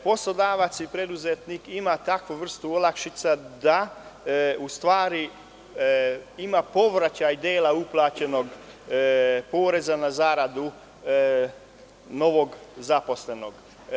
Poslodavac i preduzetnik ima takvu vrstu olakšica da u stvari ima povraćaj dela uplaćenog poreza na zaradu novog zaposlenog.